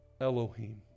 Elohim